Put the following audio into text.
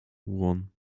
one